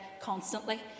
constantly